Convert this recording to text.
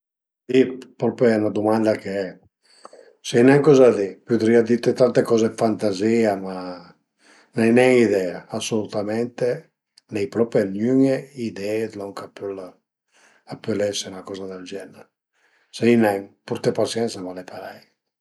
L'e propi 'na dumanda che sai nen coza di, purìa dite tante coze dë fantazìa, ma l'ai nen idea, asolutamente, l'ai propi gnüne idee d'lon a ch'a pöl ese 'na coza del genere, sia nen, purté pasiensa, ma al e parei